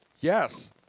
Yes